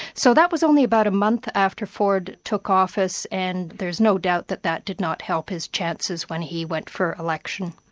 so that was only about a month after ford took office, and there's no doubt that that did not help his chances when he went for election.